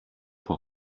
που